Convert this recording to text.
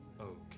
Okay